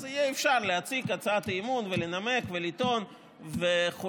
אז יהיה אפשר להציג הצעת אי-אמון ולנמק ולטעון וכו'.